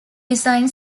design